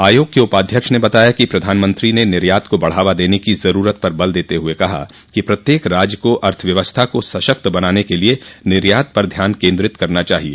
आयोग के उपाध्यक्ष ने बताया कि प्रधानमंत्री ने निर्यात को बढ़ावा देने की ज़रूरत पर बल देते हुए कहा कि प्रत्येक राज्य को अर्थव्यवस्था को सशक्त बनाने के लिए निर्यात पर ध्यान केंद्रित करना चाहिए